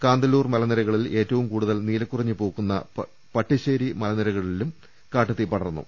കാന്തല്ലൂർ മലനിരകളിൽ ഏറ്റവും കൂടുതൽ നീലക്കുറിഞ്ഞി പൂക്കുന്ന പട്ടിശ്ശേരി മലനിരകളിലും കാട്ടുതീ പടർന്നു